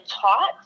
taught